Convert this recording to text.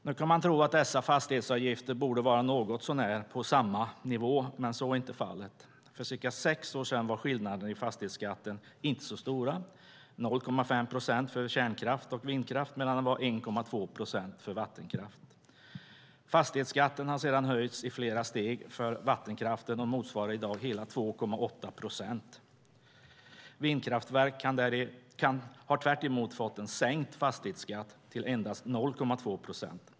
Nu kan man tro att dessa fastighetsavgifter borde vara något så när på samma nivå, men så är inte fallet. För cirka sex år sedan var skillnaderna i fastighetsskatten inte så stora. Den var 0,5 procent för kärnkraft och vindkraft, medan den var 1,2 procent för vattenkraft. Fastighetsskatten har sedan höjts i flera steg för vattenkraften och motsvarar i dag hela 2,8 procent. Vindkraftverk har däremot fått en sänkt fastighetsskatt till endast 0,2 procent.